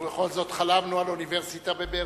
ובכל זאת, חלמנו על אוניברסיטה בבאר-שבע,